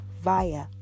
via